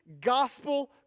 gospel